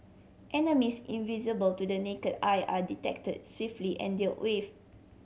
enemies invisible to the naked eye are detected swiftly and dealt with